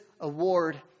award